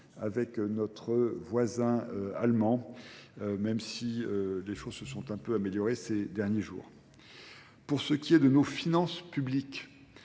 avec notre voisin allemand, même si les choses se sont un peu améliorées ces derniers jours. Pour ce qui est de nos finances publiques,